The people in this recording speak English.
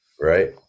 Right